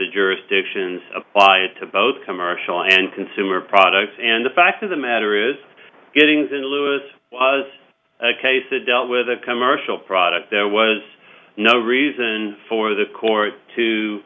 the jurisdictions apply it to both commercial and consumer products and the fact of the matter is getting thin lewis was a case that dealt with a commercial product there was no reason for the court to